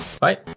Bye